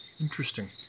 Interesting